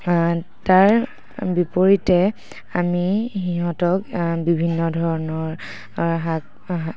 তাৰ বিপৰীতে আমি সিহঁতক বিভিন্ন ধৰণৰ শাক